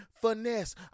finesse